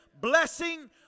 blessing